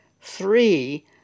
three